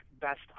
best